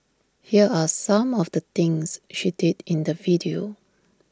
here are some of the things she did in the video